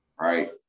right